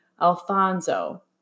Alfonso